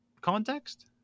context